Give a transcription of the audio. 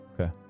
Okay